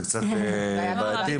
זה קצת בעייתי.